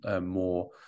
more